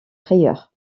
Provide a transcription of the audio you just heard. frayeurs